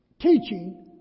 teaching